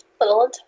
little